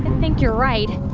think you're right.